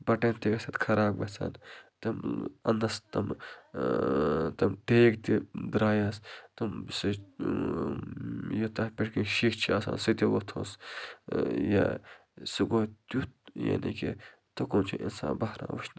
بٹن تہِ ٲسۍ تَتھ خراب گژھان تہٕ انٛدس تمہٕ تِم ٹیک تہِ دَرٛایس تِم سُہ یہِ تَتھ پٮ۪ٹھ کَنہِ شیٖشہِ چھُ آسان سُہ تہِ وۄتھُس یا سُہ گوٚو تتیھ یعنے کہِ تُکن چھُنہٕ اِنسان بٔہران وٕچھنَسٕے